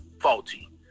faulty